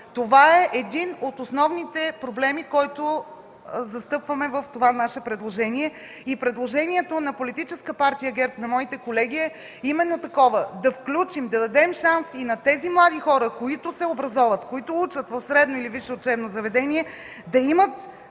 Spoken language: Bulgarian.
Това е един от основните проблеми, който застъпваме в това наше предложение. Предложението на моите колеги от Политическа партия ГЕРБ е именно такова – да включим, да дадем шанс и на тези млади хора, които се образоват, които учат в средно или висше учебно заведение, да имат